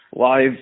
Live